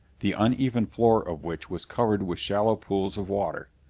the uneven floor of which was covered with shallow pools of water.